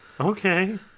Okay